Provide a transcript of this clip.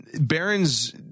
barons